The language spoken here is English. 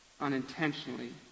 unintentionally